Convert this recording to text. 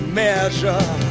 measure